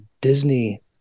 Disney